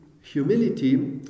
humility